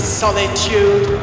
solitude